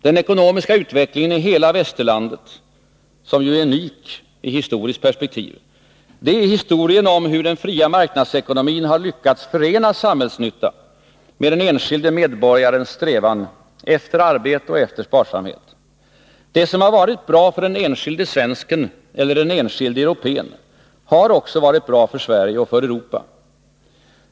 Den ekonomiska utvecklingen i hela Västerlandet — som ju är unik i historiskt perspektiv — är historien om hur den fria marknadsekonomin har lyckats förena samhällsnytta med den enskilde medborgarens strävan efter arbete och efter sparsamhet. Det som har varit bra för den enskilde svensken eller den enskilde europén har också varit bra för Sverige och för Europa.